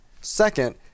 Second